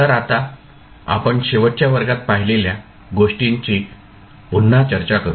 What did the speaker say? तर आता आपण शेवटच्या वर्गात पाहिलेल्या गोष्टींची पुन्हा चर्चा करू